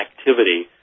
activity